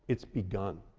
it's begun.